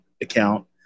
account